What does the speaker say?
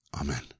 Amen